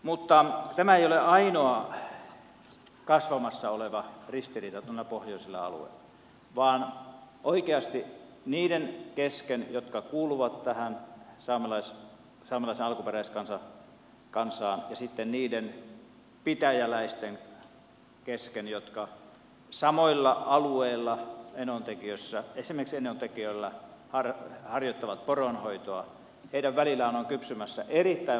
mutta tämä ei ole ainoa kasvamassa oleva ristiriita noilla pohjoisilla alueilla vaan oikeasti niiden kesken jotka kuuluvat tähän saamelaiseen alkuperäiskansaan ja sitten niiden pitäjäläisten kesken jotka samoilla alueilla esimerkiksi enontekiöllä harjoittavat poronhoitoa on kypsymässä erittäin vakavia ristiriitoja